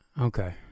Okay